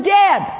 dead